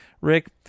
rick